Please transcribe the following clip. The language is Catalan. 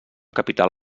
capital